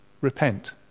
repent